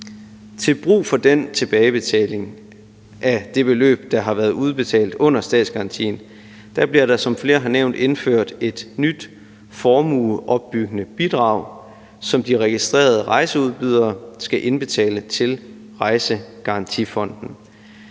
Til brug for den tilbagebetaling af det beløb, der har været udbetalt under statsgarantien, bliver der, som flere har nævnt, indført et nyt formueopbyggende bidrag, som de registrerede rejseudbydere skal indbetale til Rejsegarantifonden.